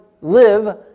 live